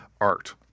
art